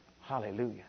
Hallelujah